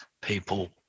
people